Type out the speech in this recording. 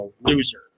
loser